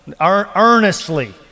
earnestly